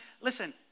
listen